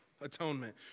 atonement